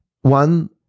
one